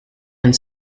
and